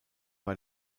war